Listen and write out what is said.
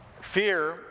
Fear